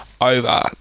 over